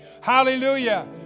Hallelujah